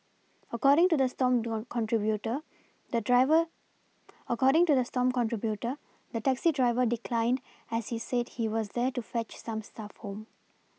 according to the Stomp contributor the driver according to the Stomp contributor the taxi driver declined as he said he was there to fetch some staff home